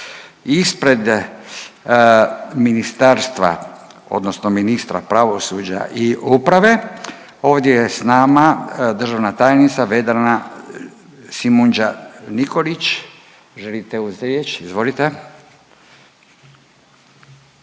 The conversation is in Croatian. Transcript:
Ispred ministarstva, odnosno ministra pravosuđa i uprave ovdje je sa nama državna tajnica Vedrana Šimunđa Nikolić. Želite uzeti riječ? Izvolite.